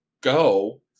go